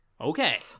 okay